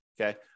okay